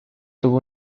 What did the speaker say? tuvo